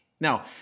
Now